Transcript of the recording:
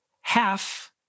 half